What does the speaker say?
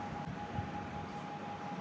ताड़ फलक उपयोग गाम में बहुत कयल जाइत छल